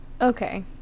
Okay